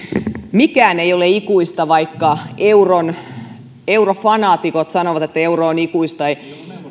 mikään ei ole ikuista vaikka eurofanaatikot sanovat että euro on ikuista